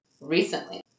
recently